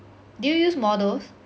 do you use models